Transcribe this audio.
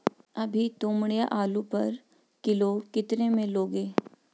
अभी तोमड़िया आलू पर किलो कितने में लोगे?